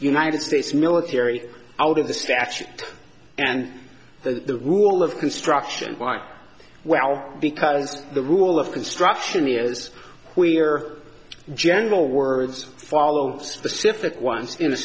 united states military out of the statute and the rule of construction quite well because the rule of construction is we are general words followed specific ones in